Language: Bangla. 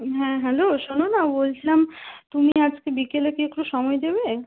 হ্যাঁ হ্যালো শোনো না বলছিলাম তুমি আজকে বিকেলে কি একটু সময় দেবে